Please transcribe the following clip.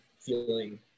feeling